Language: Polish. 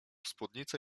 spódnicę